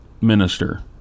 minister